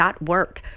work